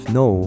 no